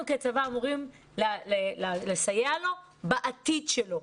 אנחנו כצבא אמורים לסייע לו בעתיד שלו.